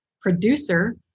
producer